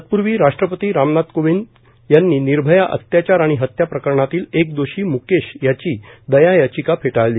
तत्पूर्वी राष्ट्रपती रामनाथ कोविंद यांनी निर्भया अत्याचार आणि हत्या प्रकरणातील एक दोषी मुकेश याची दया याचिका फेटाळली